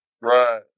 Right